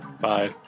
Bye